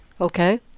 Okay